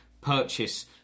purchase